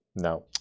no